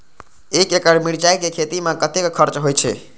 एक एकड़ मिरचाय के खेती में कतेक खर्च होय छै?